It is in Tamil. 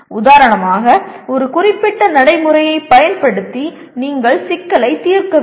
உதாரணமாக ஒரு குறிப்பிட்ட நடைமுறையைப் பயன்படுத்தி நீங்கள் சிக்கலை தீர்க்க வேண்டும்